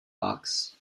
box